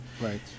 Right